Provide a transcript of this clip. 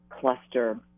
cluster